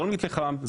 זול מפחם,